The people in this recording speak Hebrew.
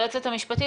היועצת המשפטית,